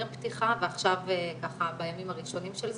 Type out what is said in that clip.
פתיחה ועכשיו בימים הראשונים של זה,